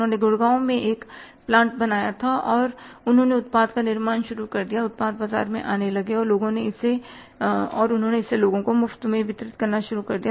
उन्होंने गुड़गांव में एक प्लांटबनाया था और उन्होंने उत्पाद का निर्माण शुरू कर दिया उत्पाद बाजार में आने लगे और उन्होंने इसे लोगों को मुफ्त में वितरित करना शुरू कर दिया